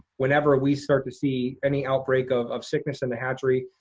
whenever we start to see any outbreak of of sickness in the hatchery,